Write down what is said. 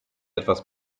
etwas